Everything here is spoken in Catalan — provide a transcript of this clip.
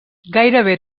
gairebé